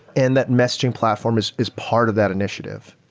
and that messaging platform is is part of that initiative.